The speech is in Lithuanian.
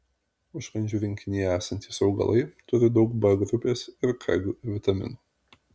užkandžių rinkinyje esantys augalai turi daug b grupės ir k vitaminų